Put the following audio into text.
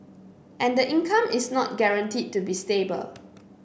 and the income is not guaranteed to be stable